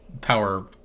power